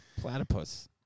Platypus